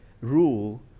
rule